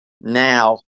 now